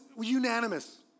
unanimous